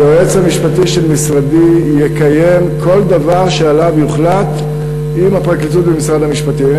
היועץ המשפטי של משרדי יקיים כל דבר שיוחלט עם הפרקליטות ומשרד המשפטים.